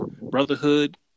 Brotherhood